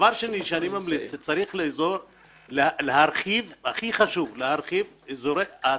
אני ממליץ להרחיב את תוכניות